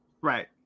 right